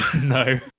no